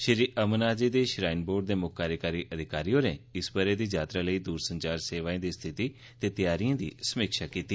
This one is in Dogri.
श्री अमरनाथ श्राईन बोर्ड दे मुक्ख कार्जकारी अधिकारी होरें इस बरे दी यात्रा लेई दूरसंचार सेवाएं दी स्थिति ते त्यारियें दी समीक्षा कीती